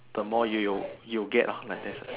the more you you you get lor like there's a